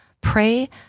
Pray